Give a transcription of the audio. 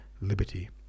Liberty